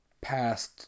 past